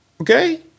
Okay